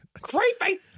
Creepy